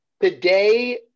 today